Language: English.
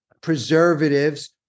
preservatives